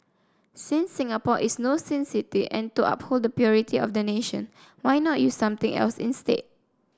since Singapore is no sin city and to uphold the purity of the nation why not use something else instead